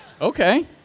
Okay